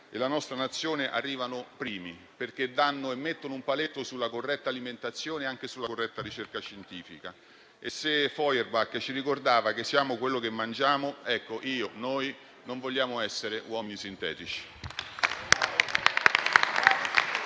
e la nostra Nazione arrivano primi, perché mettono un paletto sulla corretta alimentazione e sulla corretta ricerca scientifica. Se Feuerbach ci ricordava che siamo quello che mangiamo, io, noi, non vogliamo essere uomini sintetici.